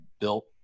built